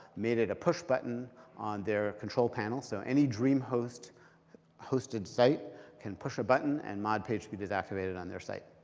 made it a push button on their control panel. so any dreamhost-hosted and site can push a button and mod pagespeed is activated on their site.